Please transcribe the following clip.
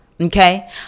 Okay